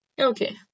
Okay